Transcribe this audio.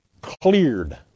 cleared